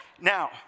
Now